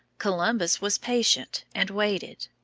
columbus was patient and waited.